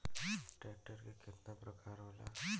Tractor के केतना प्रकार होला?